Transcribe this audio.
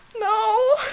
No